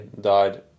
died